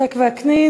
יצחק וקנין?